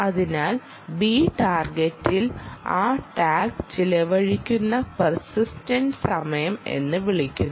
അതിനാൽ B ടാർഗെറ്റിൽ ആ ടാഗ് ചിലവഴിക്കുന്ന പെർസിസ്റ്റൻണ്ട് സമയം എന്ന് വിളിക്കുന്നു